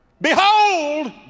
Behold